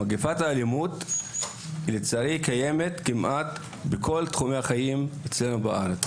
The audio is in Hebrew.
לצערי מגפת האלימות קיימת כמעט בכל תחומי החיים בארץ